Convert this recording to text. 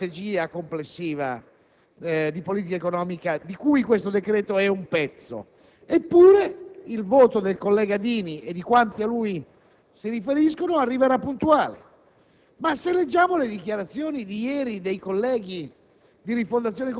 per la capacità di penetrante critica della strategia complessiva di politica economica, di cui questo decreto è un pezzo. Eppure il voto del collega Dini e di quanti a lui si riferiscono arriverà puntuale.